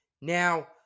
Now